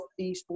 esports